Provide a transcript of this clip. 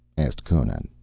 asked conan.